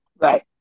Right